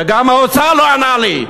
וגם האוצר לא ענה לי,